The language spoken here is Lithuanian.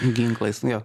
ginklais jo